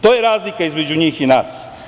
To je razlika između njih i nas.